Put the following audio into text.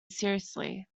seriously